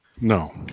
No